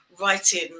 writing